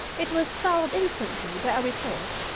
it was followed instantly by a report,